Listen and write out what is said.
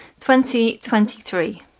2023